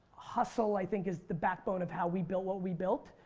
hustle i think is the backbone of how we built what we built.